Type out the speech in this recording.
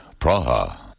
Praha